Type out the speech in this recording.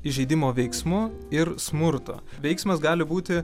įžeidimo veiksmo ir smurto veiksmas gali būti